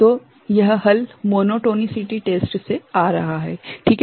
तो यह हल मोनोटोनिसिटी परीक्षण से आ रहा है ठीक है